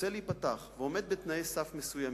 רוצה להיפתח ועומד בתנאי סף מסוימים,